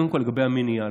קודם כול לגבי המניעה,